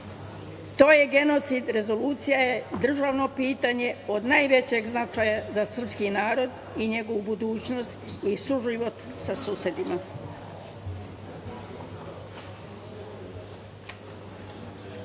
to je genocid. Rezolucija je državno pitanje od najvećeg značaja za srpski narod i njegovu budućnost i suživot sa susedima. Kako